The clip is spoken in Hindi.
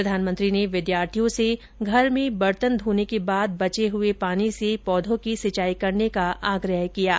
प्रधानमंत्री ने विद्यार्थियों से घर में बर्तन धोने के बाद बचे पानी से पौधों की सिंचाई करने का आग्रह किया है